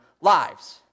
lives